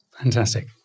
Fantastic